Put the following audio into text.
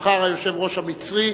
נבחר היושב-ראש המצרי,